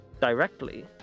directly